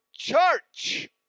Church